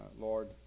Lord